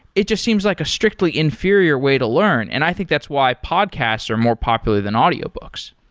it just seems like a strictly inferior way to learn. and i think that's why podcasts are more popular than audiobooks.